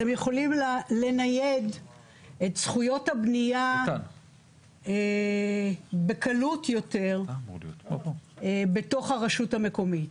הם יכולים לנייד את זכויות הבנייה בקלות יותר בתוך הרשות המקומית.